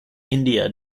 india